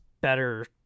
better